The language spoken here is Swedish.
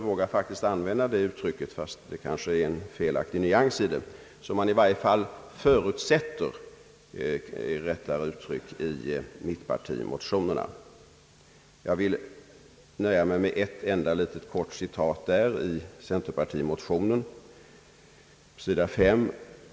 Jag vågar faktiskt använda uttrycket propagera, fastän det innehåller en felaktig nyans. »Som man förutsätter» är kanske ett riktigare uttryck. Jag nöjer mig med ett enda kort citat ur centerpartimotionen, sidan 5.